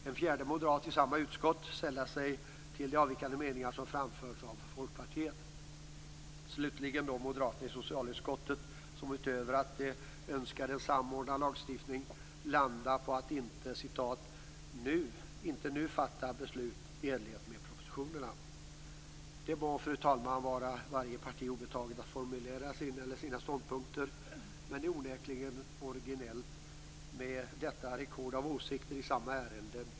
En fjärde moderat i samma utskott sällar sig till de avvikande synpunkter som framförts av Folkpartiet. Utöver att moderaterna i socialutskottet önskar en samordnad lagstiftning landar de slutligen på att "inte nu fatta beslut i enlighet med propositionerna". Fru talman! Det må vara varje parti obetaget att formulera sin eller sina ståndpunkter, men det är onekligen originellt med detta rekord av åsikter i samma ärende.